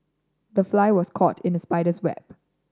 the fly was caught in the spider's web